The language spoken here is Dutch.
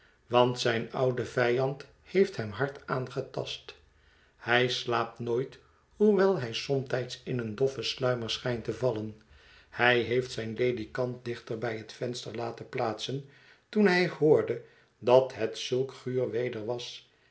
want zijn oude vijand heeft hem hard aangetast hij slaapt nooit hoewel hij somtijds in een doffen sluimer schijnt te vallen hij heeft zijn ledikant dichter bij het venster laten plaatsen toen hij hoorde dat het zulk guur weder was